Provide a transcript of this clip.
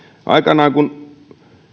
aikanaan kun